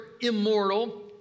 immortal